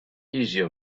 easier